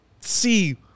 see